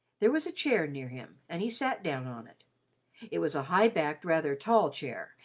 there was a chair near him, and he sat down on it it was a high-backed, rather tall chair,